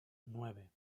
nueve